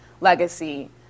legacy